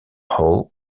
hall